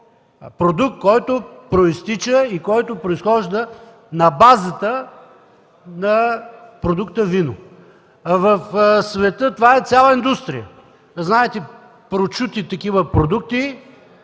продукт, който произхожда на базата на продукта „вино”. В света това е цяла индустрия. Знаете прочути такива продукти